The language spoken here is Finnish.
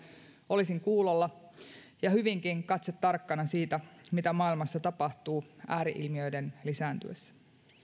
olisin kuulolla ja hyvinkin katse tarkkana siitä mitä maailmassa tapahtuu ääri ilmiöiden lisääntyessä